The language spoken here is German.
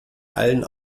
allen